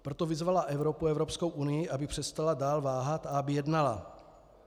Proto vyzvala Evropu, Evropskou unii, aby přestala dál váhat a aby jednala.